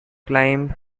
climb